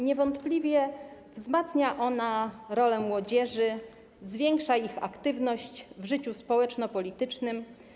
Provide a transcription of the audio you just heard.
Niewątpliwie wzmacnia ona rolę młodzieży, zwiększa jej aktywność w życiu społeczno-politycznym.